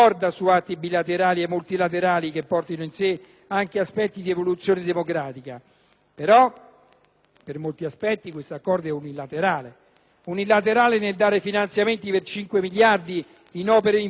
per molti aspetti questo accordo è unilaterale. Lo è nel dare finanziamenti per 5 miliardi in opere infrastrutturali alla Libia che verranno sviluppate da imprese italiane selezionate non si sa su quale base;